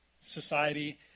society